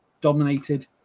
dominated